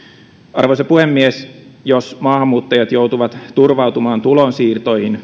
arvoisa puhemies jos maahanmuuttajat joutuvat turvautumaan tulonsiirtoihin